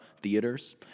theaters